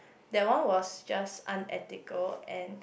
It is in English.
that one was just unethical and